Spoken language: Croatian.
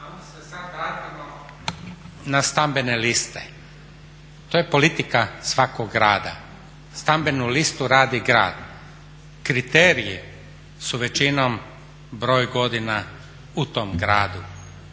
sad vratimo na stambene liste to je politika svakog grada, stambenu listu radi grad. Kriterije su većinom broj godina u tom gradu.